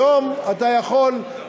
היום אתה יכול,